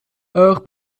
auch